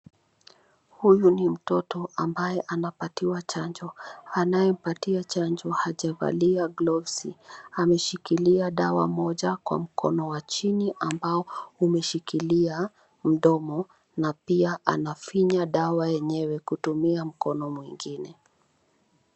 Huyu ni mtoto ambaye anapatiwa chanjo. Anayempatia chanjo hajavalua glovu. Ameshkikilia dawa moja kwa mkono wa chini ambao umeshikilia mdomo na pia anafinya dawa yenyewe kutumia mkono mwingine.